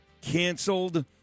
canceled